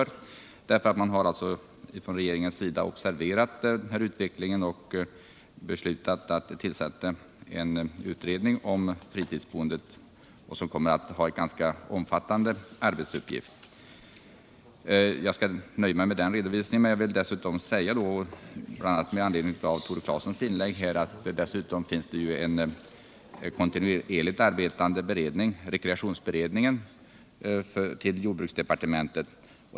Från regeringens sida har man observerat utvecklingen och beslutat att tillsätta en omfattande utredning om fritidsboendet. Jag nöjer mig med den redovisningen. Dessutom vill jag bl.a. med anledning av Tore Claesons inlägg säga att det också finns en kontinuerligt arbetande beredning —rekreationsberedningen — som är knuten till jordbruksdepartementet.